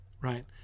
right